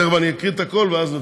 תכף, אקריא את הכול ואז נצביע,